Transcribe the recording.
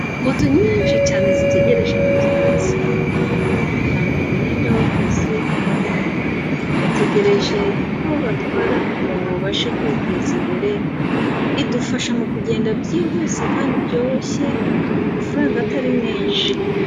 Moto nyinshi cyane zitegereje abagenzi, bambaye umwenda w'akazi bategereje abo batwara kugirango babashe kwiteza imbere, idufasha mu kugenda byihuse kandi byoroshye kumafaranga atari menshi.